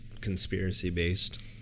conspiracy-based